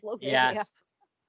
yes